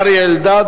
אריה אלדד,